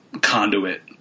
conduit